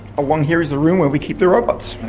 along here is the room where we keep the robots. okay,